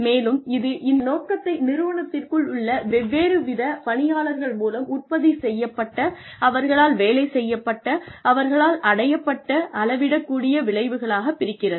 மேலும் இது இந்த நோக்கத்தை நிறுவனத்திற்குள் உள்ள வெவ்வேறு வித பணியாளர்கள் மூலம் உற்பத்தி செய்யப்பட்ட அவர்களால் வேலை செய்யப்பட்ட அவர்களால் அடையப்பட்ட அளவிடக் கூடிய விளைவுகளாகப் பிரிக்கிறது